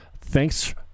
Thanks